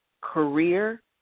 career